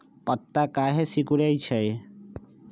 पत्ता काहे सिकुड़े छई?